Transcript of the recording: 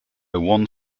one